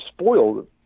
spoiled